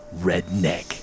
redneck